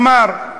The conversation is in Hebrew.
אמר,